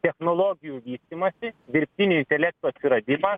technologijų vystymąsi dirbtinio intelekto atsiradimą